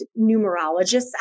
numerologists